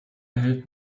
erhält